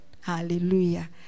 Hallelujah